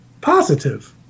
positive